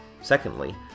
Secondly